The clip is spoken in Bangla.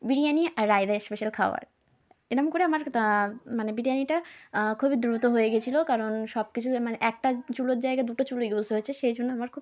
বিরিয়ানি আর রায়তা স্পেশাল খাওয়ার এরকম করে আমার তা মানে বিরিয়ানিটা খুবই দ্রুত হয়ে গিয়েছিল কারণ সব কিছুর মানে একটা চুলোর জায়গায় দুটো চুলো ইউজ হয়েছে সেই জন্য আমার খুব